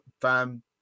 fam